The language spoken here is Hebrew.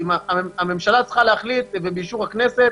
הממשלה צריכה להחליט באישור הכנסת